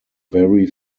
very